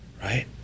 right